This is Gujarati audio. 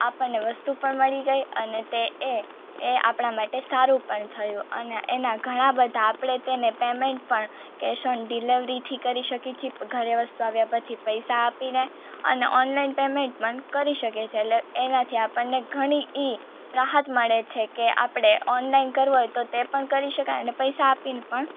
આપણને વસ્તુ પણ મળી ગઈ અને તે એ એ આપણા માટે સારું પણ થયું અને એના ઘણા બધા આપણે તેને પેમેન્ટ પણ કેશ ઓન ડિલેવરીથી કરી શકી છી ઘરે વસ્તુ આવ્યા પછી પૈસા આપીને અને ઓનલાઈન પેમેન્ટ પણ કરી શકીએ છે એટલે એનાથી આપણને ઘણી ઇ રાહત મળે છે કે આપણે ઓનલાઈન કરવું હોય તો તે પણ કરી શકાય અને પૈસા આપીને પણ